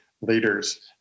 leaders